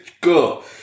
Go